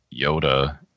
Yoda